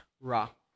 rock